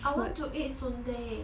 I want to eat sundae